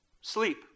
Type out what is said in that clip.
sleep